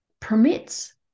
permits